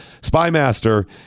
Spymaster